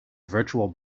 virtual